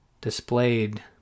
displayed